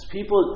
People